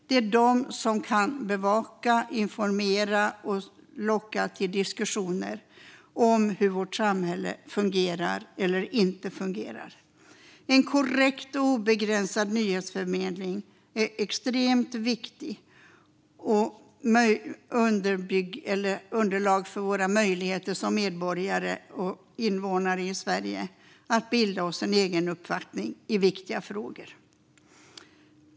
Det är de som kan bevaka, informera och locka till diskussioner om hur vårt samhälle fungerar eller inte fungerar. En korrekt och obegränsad nyhetsförmedling är extremt viktig och fungerar som ett underlag för våra möjligheter som medborgare och invånare i Sverige att bilda oss en uppfattning i viktiga frågor.